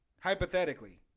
hypothetically